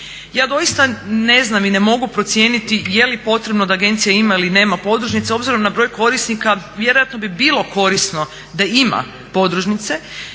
Ja doista ne znam i ne mogu procijeniti je li potrebno da agencija ima ili nema podružnice, obzirom na broj korisnika vjerojatno bi bilo korisno da ima podružnice,